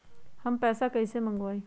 हम पैसा कईसे मंगवाई?